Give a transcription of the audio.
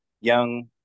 young